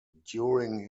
during